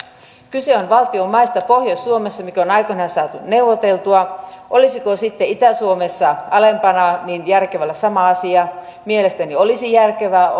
kyse on valtion maista pohjois suomessa ja niistä on aikoinaan saatu neuvoteltua olisiko sitten itä suomessa alempana järkevää olla sama asia mielestäni olisi järkevää